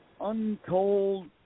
untold